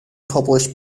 published